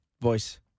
voice